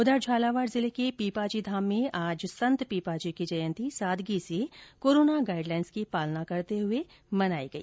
उधर झालावाड जिले के पीपाजी धाम में आज सन्त पीपाजी की जयंती सादगी से कोरोणा गाइडलाइंस की पालना करते हए मनाई गई